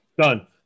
Done